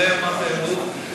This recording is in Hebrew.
הוא יודע מה זה עירוב,